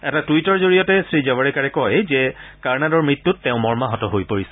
এটা টূইটৰ জৰিয়তে শ্ৰীজাৱাডেকাৰে কয় যে কাৰ্ণাডৰ মৃত্যুত তেওঁ মৰ্মাহত হৈ পৰিছে